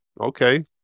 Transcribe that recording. okay